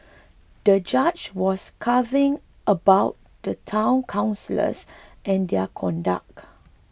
the judge was cousin about the Town Councillors and their conduct